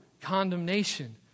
condemnation